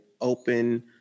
open